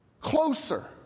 Closer